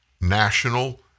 national